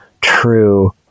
true